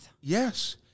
Yes